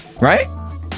right